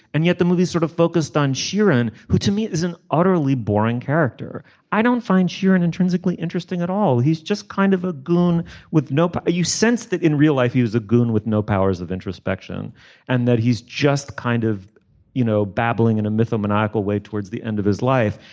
and yet the movie sort of focused on sharon who to me is an utterly boring character i don't find sharon intrinsically interesting at all. he's just kind of a goon with nope. you sense that in real life he was a goon with no powers of introspection and that he's just kind of you know babbling in a mythic maniacal way towards the end of his life.